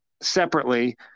separately